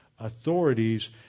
Authorities